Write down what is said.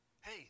hey